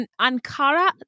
Ankara